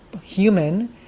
human